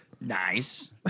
Nice